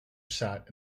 sat